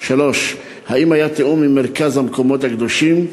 3. האם היה תיאום עם מרכז המקומות הקדושים?